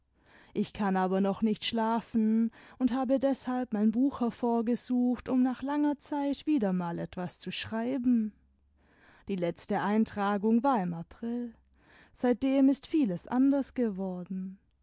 ich kann aber noch nicht schlafen und habe deshalb mein buch hervorgesucht um nach langer zeit wieder mal etwas zu schreiben die letzte eintragung war im april seitdem ist vieles anders geworden